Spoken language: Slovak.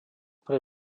pre